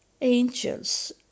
angels